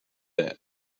that